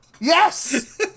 Yes